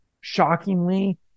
Shockingly